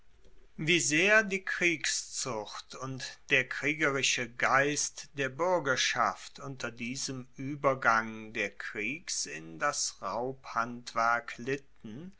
wie sehr die kriegszucht und der kriegerische geist der buergerschaft unter diesem uebergang der kriegs in das raubhandwerk litten